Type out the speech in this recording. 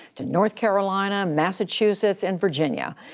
to north carolina, massachusetts, and virginia.